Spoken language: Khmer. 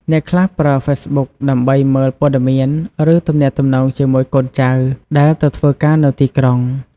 អ្នកខ្លះប្រើ ហ្វេសប៊ុក ដើម្បីមើលព័ត៌មាន ឬទំនាក់ទំនងជាមួយកូនចៅដែលទៅធ្វើការនៅទីក្រុង។